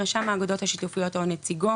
רשם האגודות השיתופיות או נציגו,